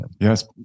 Yes